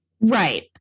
Right